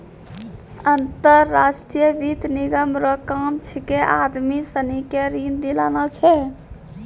अंतर्राष्ट्रीय वित्त निगम रो काम छिकै आदमी सनी के ऋण दिलाना छै